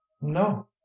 no